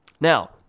Now